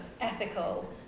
ethical